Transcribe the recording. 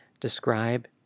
describe